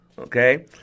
Okay